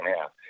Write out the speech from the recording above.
half